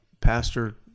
pastor